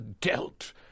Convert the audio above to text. dealt